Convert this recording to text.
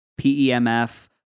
PEMF